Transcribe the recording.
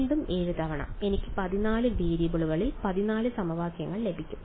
വീണ്ടും 7 തവണ എനിക്ക് 14 വേരിയബിളുകളിൽ 14 സമവാക്യങ്ങൾ ലഭിക്കും